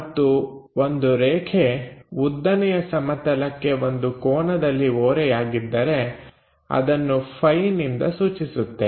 ಮತ್ತು ಒಂದು ರೇಖೆ ಉದ್ದನೆಯ ಸಮತಲಕ್ಕೆ ಒಂದು ಕೋನದಲ್ಲಿ ಓರೆಯಾಗಿದ್ದರೆ ಅದನ್ನು Φ ನಿಂದ ಸೂಚಿಸುತ್ತೇವೆ